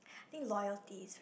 think loyalty is very